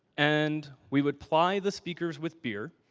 and, we would ply the speakers with beer.